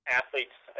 athletes